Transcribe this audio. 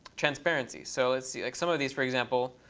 transparency. so let's see. like, some of these for example